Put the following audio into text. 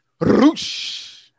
Roosh